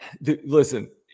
listen